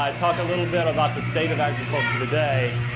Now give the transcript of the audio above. um talk a little bit about the state of agriculture today.